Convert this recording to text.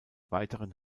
weiteren